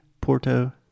Porto